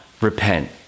repent